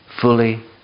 fully